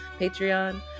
patreon